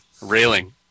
railing